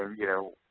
um you know,